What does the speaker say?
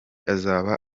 azaba